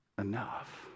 enough